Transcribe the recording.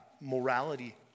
morality